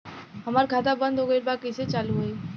हमार खाता बंद हो गईल बा कैसे चालू होई?